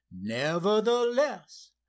Nevertheless